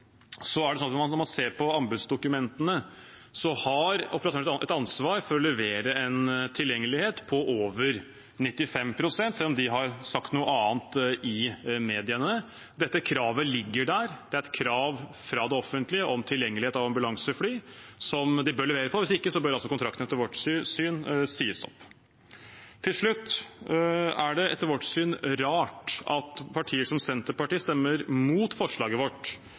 er det sånn at når man ser på anbudsdokumentene, har operatøren et ansvar for å levere en tilgjengelighet på over 95 pst., selv om de har sagt noe annet i mediene. Dette kravet ligger der. Det er et krav fra det offentlige om tilgjengelighet av ambulansefly som de bør levere på. Hvis ikke bør kontrakten etter vårt syn sies opp. Til slutt: Det er etter vårt syn rart at et parti som Senterpartiet stemmer mot forslaget vårt